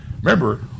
Remember